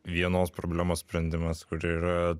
vienos problemos sprendimas kur yra